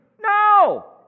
No